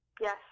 Yes